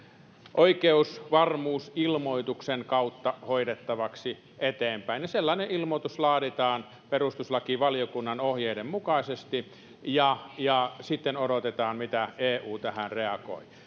oikeusvarmuusilmoituksen kautta hoidettavaksi eteenpäin sellainen ilmoitus laaditaan perustuslakivaliokunnan ohjeiden mukaisesti ja ja sitten odotetaan miten eu tähän reagoi